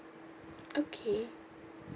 okay